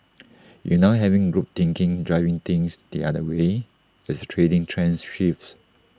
you now have group think driving things the other way as the trading trends shifts